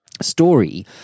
story